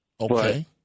Okay